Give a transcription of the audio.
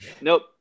nope